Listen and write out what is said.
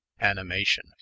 animation